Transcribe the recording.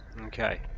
Okay